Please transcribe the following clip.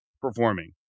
performing